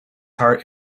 heart